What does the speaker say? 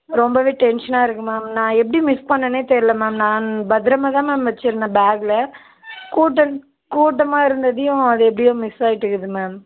ரொம்பவே டென்ஷனாக இருக்கு மேம் நான் எப்படி மிஸ் பண்ணனே தெரில மேம் நான் பத்திரமா தான் மேம் வச்சிருந்தேன் பேக்கில் கூட்டன் கூட்டமாக இருந்ததையும் அது எப்படியோ மிஸ் ஆயிட்டுது மேம்